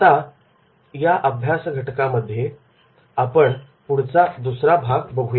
आता या अभ्यास घटकामध्ये आपण पुढचा दुसरा भाग बघूया